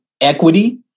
equity